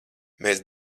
mēs